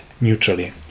neutrally